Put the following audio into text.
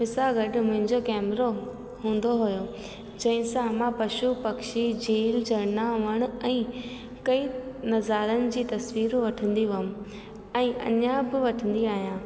मूंसां गॾु मुंहिंजो कैमरो हूंदो हुओ जंहिंसां मां पशु पक्षी झील झरिना वण ऐं कई नज़ारनि जी तस्वीरूं वठंदी हुअमि ऐं अञा बि वठंदी आहियां